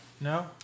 No